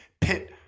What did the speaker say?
pit